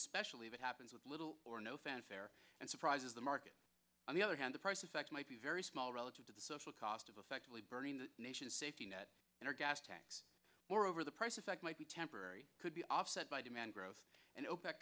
especially if it happens with little or no fanfare and surprises the market on the other hand the price effect might be very small relative to the social cost of effectively burning the nation's safety net in our gas tanks or over the prices that might be temporary could be offset by demand growth and opec